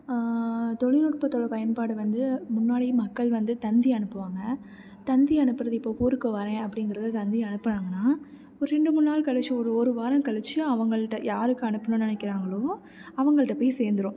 தொழில்நுட்பத்தோடய பயன்பாடு வந்து முன்னாடி மக்கள் வந்து தந்தி அனுப்புவாங்க தந்தி அனுப்புகிறது இப்போ ஊருக்கு வர்றேன் அப்படிங்கிறது தந்தி அனுப்பினாங்கன்னா ஒரு ரெண்டு மூணு நாள் கழித்து ஒரு ஒரு வாரம் கழித்து அவங்கள்ட்ட யாருக்கு அனுப்பணும்ன்னு நினைக்கிறாங்களோ அவங்கள்ட்ட போய் சேந்திடும்